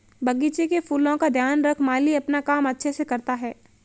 बगीचे के फूलों का ध्यान रख माली अपना काम अच्छे से करता है